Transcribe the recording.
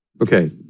Okay